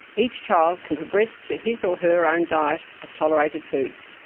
each child can progress to his or her own diet of tolerated foods.